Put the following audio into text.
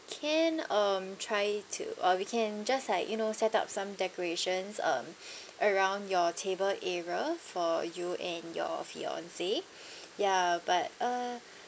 can um try to uh we can just like you know set up some decorations um around your table area for you and your fiancee ya but uh